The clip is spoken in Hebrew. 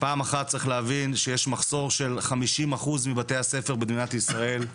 פעם אחת צריך להבין שיש מחסור של חמישים אחוז מבתי הספר במדינת ישראל,